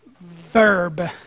Verb